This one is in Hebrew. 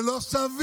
זה לא סביר.